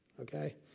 okay